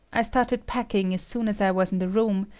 i started packing as soon as i was in the room,